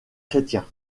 chrétien